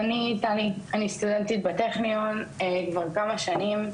אני טלי, אני סטודנטית בטכניון כבר כמה שנים.